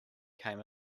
came